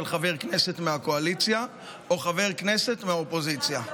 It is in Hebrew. חבר כנסת מהקואליציה או חבר כנסת מהאופוזיציה.